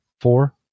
Four